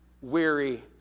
Weary